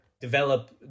develop